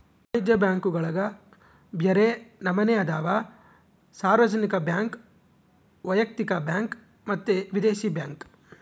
ವಾಣಿಜ್ಯ ಬ್ಯಾಂಕುಗುಳಗ ಬ್ಯರೆ ನಮನೆ ಅದವ, ಸಾರ್ವಜನಿಕ ಬ್ಯಾಂಕ್, ವೈಯಕ್ತಿಕ ಬ್ಯಾಂಕ್ ಮತ್ತೆ ವಿದೇಶಿ ಬ್ಯಾಂಕ್